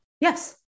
Yes